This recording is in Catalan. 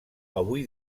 avui